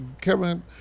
Kevin